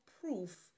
proof